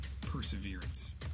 perseverance